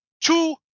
Two